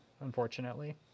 unfortunately